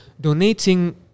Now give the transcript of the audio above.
donating